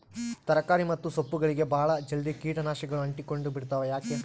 ತರಕಾರಿ ಮತ್ತು ಸೊಪ್ಪುಗಳಗೆ ಬಹಳ ಜಲ್ದಿ ಕೇಟ ನಾಶಕಗಳು ಅಂಟಿಕೊಂಡ ಬಿಡ್ತವಾ ಯಾಕೆ?